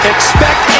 Expect